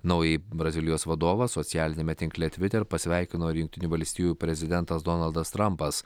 naująjį brazilijos vadovą socialiniame tinkle twitter pasveikino ir jungtinių valstijų prezidentas donaldas trampas